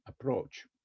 approach